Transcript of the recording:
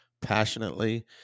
passionately